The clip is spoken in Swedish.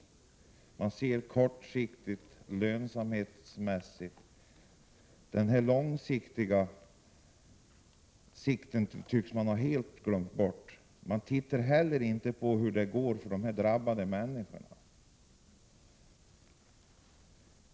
Regeringen ser kortsiktigt och lönsamhetsmässigt, men det långsiktiga tycks man helt ha glömt bort. Man ser inte heller till hur det går för de drabbade människorna.